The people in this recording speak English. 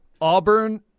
Auburn